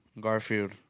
Garfield